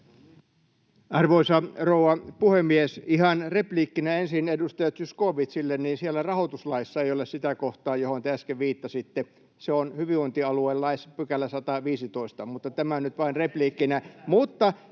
Arvoisa rouva puhemies! Ihan repliikkinä ensin edustaja Zyskowiczille, että siellä rahoituslaissa ei ole sitä kohtaa, johon te äsken viittasitte, vaan se on hyvinvointialuelaissa, 115 §— mutta tämä nyt vain repliikkinä.